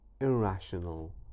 irrational